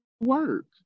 work